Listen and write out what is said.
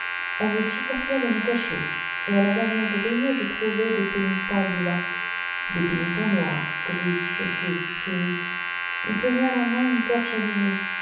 on me fit sortir de mon cachot et à la dernière grille je trouvai des pénitents blancs des pénitents noirs gris chaussés pieds nus ils tenaient à la main une torche allumée